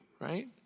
right